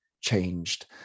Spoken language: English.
changed